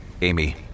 Amy